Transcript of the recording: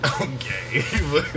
Okay